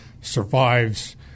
survives